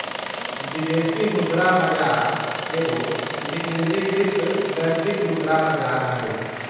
विदेशी मुद्रा बाजार एगो विकेंद्रीकृत वैश्विक मुद्रा बजार हइ